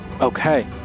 Okay